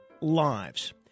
lives